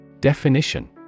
Definition